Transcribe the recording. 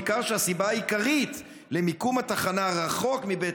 ניכר שהסיבה העיקרית למיקום התחנה רחוק מבית